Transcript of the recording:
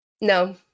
No